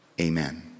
Amen